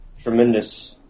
tremendous